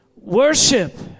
Worship